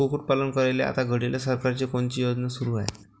कुक्कुटपालन करायले आता घडीले सरकारची कोनची योजना सुरू हाये का?